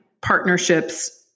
partnerships